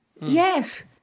yes